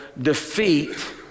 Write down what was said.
defeat